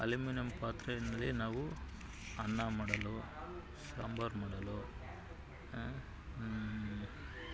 aluminium ಪಾತ್ರೆಯಿಂದಲೇ ನಾವು ಅನ್ನ ಮಾಡಲು ಸಾಂಬಾರು ಮಾಡಲು